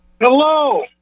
Hello